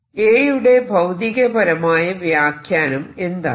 A യുടെ ഭൌതികപരമായ വ്യാഖ്യാനം എന്താണ്